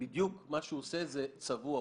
מה שהוא עושה זה צבוע.